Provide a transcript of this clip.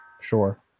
Sure